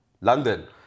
London